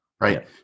right